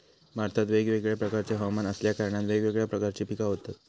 भारतात वेगवेगळ्या प्रकारचे हवमान असल्या कारणान वेगवेगळ्या प्रकारची पिका होतत